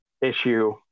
issue